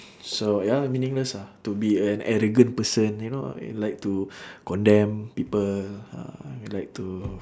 so ya lah meaningless ah to be an arrogant person you know and like to condemn people ah like to